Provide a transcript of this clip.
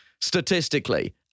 statistically